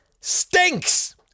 stinks